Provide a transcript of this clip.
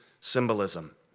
symbolism